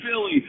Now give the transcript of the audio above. Philly